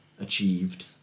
achieved